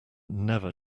never